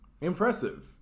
impressive